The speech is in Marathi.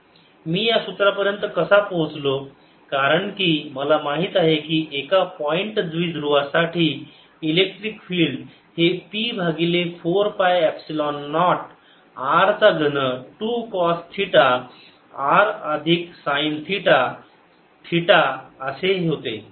rr m मी या सुत्रापर्यंत कसा पोहोचलो कारण की मला माहित आहे की एका पॉइंट द्विध्रुवासाठी इलेक्ट्रिक फिल्ड हे P भागिले 4 पाय एपसिलोन नॉट r चा घन 2 कॉस थिटा r अधिक साईन थिटा थिटा असे होते